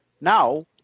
Now